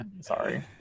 sorry